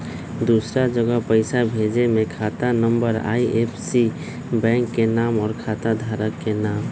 दूसरा जगह पईसा भेजे में खाता नं, आई.एफ.एस.सी, बैंक के नाम, और खाता धारक के नाम?